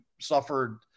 suffered